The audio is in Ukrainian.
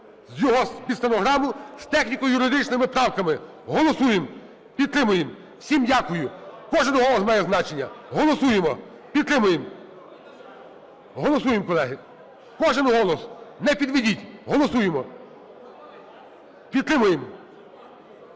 під стенограму, з техніко-юридичними правками голосуємо. Підтримуємо. Всім дякую! Кожен голос має значення! Голосуємо. Підтримуємо! Голосуєм, колеги. Кожен голос! Не підведіть. Голосуємо, підтримуємо.